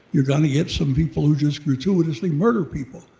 you're gonna get some people who just gratuitously murder people.